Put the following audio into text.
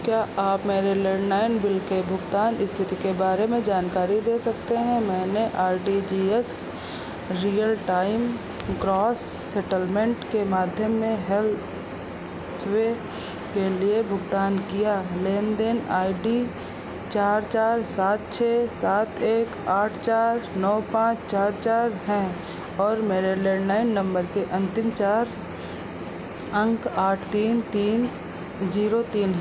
क्या आप मेरे लैंडलाइन बिल के भुगतान स्थिति के बारे में जानकारी दे सकते हैं मैंने R T G S real time gross settlement के माध्यम में हेल्थ वे के लिए भुगतान किया लेन देन आई डी चार चार सात छः सात एक आठ चार नौ पाँच चार चार है और मेरे लैंडलाइन नंबर के अंतिम चार अंक आठ तीन जीरो तीन हैं